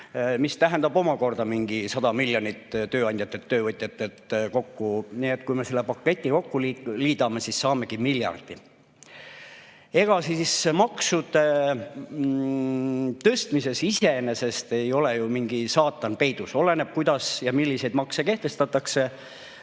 See tähendab omakorda mingi 100 miljonit tööandjatelt ja töövõtjatelt kokku. Nii et kui me selle paketi kokku liidame, siis saamegi miljardi. Ega siis maksude tõstmises iseenesest ei ole ju mingi saatan peidus, oleneb, kuidas ja milliseid makse kehtestatakse.